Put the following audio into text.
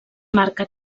marca